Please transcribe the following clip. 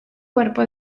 cuerpo